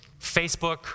Facebook